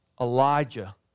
Elijah